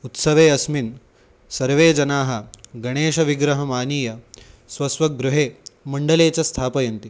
उत्सवे अस्मिन् सर्वे जनाः गणेशविग्रहमानीय स्वस्वगृहे मण्डले च स्थापयन्ति